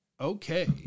okay